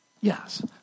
Yes